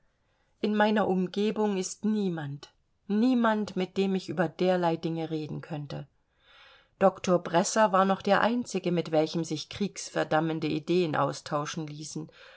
in meiner umgebung ist niemand niemand mit dem ich über derlei dinge reden könnte doktor bresser war noch der einzige mit welchem sich kriegsverdammende ideen austauschen ließen